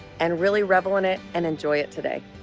and really revel in it and enjoy it today.